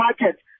market